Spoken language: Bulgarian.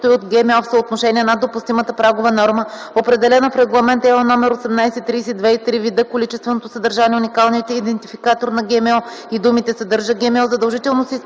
от ГМО в съотношение над допустимата прагова норма, определена в Регламент (ЕО) № 1830/2003, видът, количественото съдържание, уникалният индификатор на ГМО и думите „Съдържа ГМО” задължително се